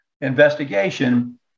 investigation